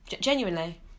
Genuinely